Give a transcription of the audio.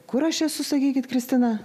kur aš esu sakykit kristina